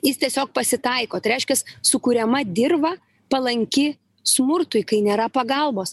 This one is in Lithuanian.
jis tiesiog pasitaiko tai reiškias sukuriama dirva palanki smurtui kai nėra pagalbos